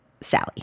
Sally